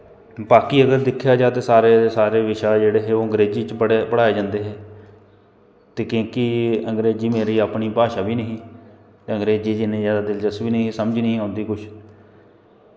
बाकी अगर दिक्खेआ जा ते सारे सारे बिशे जेह्ड़े हे ओह् अंग्रेजी च पढ़ाए जंदे हे ते की के अंग्रेजी मेरी अपनी भाशा बी नेईं ही अंग्रेजी च इ'न्नी ज्यादा दिलचस्पी नेईं ही समझ नेईं ही औंदी कुछ